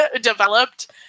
developed